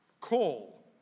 coal